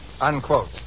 Unquote